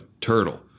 turtle